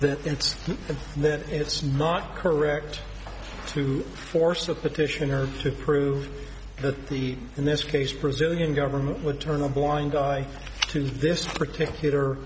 it's the it's not correct to force the petitioner to prove that the in this case brazilian government would turn a blind eye to this particular